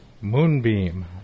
Moonbeam